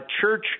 Church